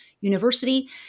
University